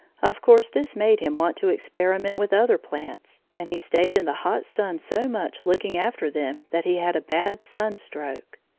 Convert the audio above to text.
of course this made him want to experiment with other plants, and he stayed in the hot sun so much looking after them that he had a bad sunstroke.